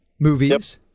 movies